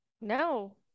No